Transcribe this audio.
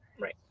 Right